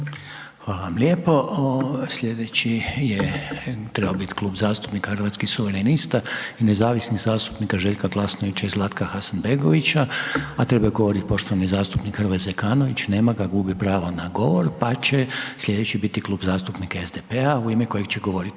Hvala lijepo. Slijedeći je trebao bit Klub zastupnika Hrvatskih suverenista i nezavisnih zastupnika Željka Glasnovića i Zlatka Hasanbegovića, a trebao je govorit poštovani zastupnik Hrvoje Zekanović, nema ga, gubi pravo na govor, pa će slijedeći biti Klub zastupnika SDP-a u ime kojeg će govorit